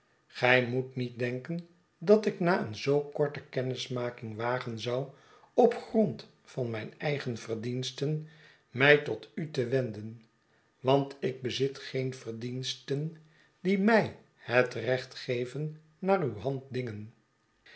gij moet niet denken dat ik na een zoo korte kennismaking wagen zou op grond van mijn eigen verdiensten mij tot u te wenden want ik bezit geen verdiensten die mij het recht geven naar uw hand dingen